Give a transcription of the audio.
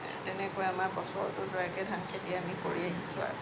তেনেকৈ আমাৰ বছৰটো যোৱাকৈ ধান খেতি আমি কৰি আহিছোঁ আৰু